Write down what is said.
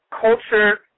culture